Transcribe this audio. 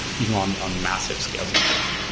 even on on massive scales of data.